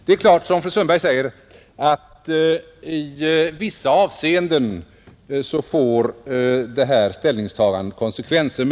Det är riktigt, fru Sundberg, att detta ställningstagande i vissa avseenden får konsekvenser.